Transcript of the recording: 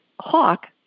hawk